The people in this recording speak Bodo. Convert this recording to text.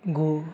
गु